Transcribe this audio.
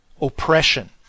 oppression